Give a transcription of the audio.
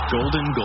Golden